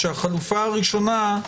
החלופה הראשונה היא